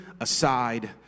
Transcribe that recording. aside